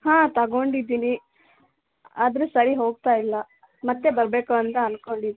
ಹಾಂ ತಗೊಂಡಿದ್ದೀನಿ ಆದರೆ ಸರಿ ಹೋಗ್ತಾ ಇಲ್ಲ ಮತ್ತೆ ಬರಬೇಕು ಅಂತ ಅನ್ಕೊಂಡಿದ್ದೆ